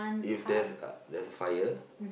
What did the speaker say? if there's a there's a fire